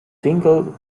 singles